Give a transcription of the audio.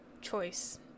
choice